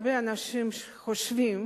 הרבה אנשים חושבים